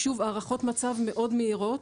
שוב, הערכות מצב מאוד מהירות.